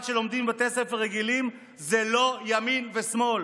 שלומדים בבתי ספר רגילים זה לא ימין ושמאל.